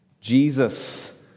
Jesus